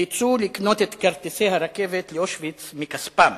יהודי סלוניקי נאלצו לקנות את כרטיסי הרכבת לאושוויץ מכספם.